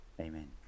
Amen